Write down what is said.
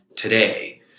today